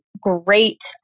great